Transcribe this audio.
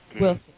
Wilson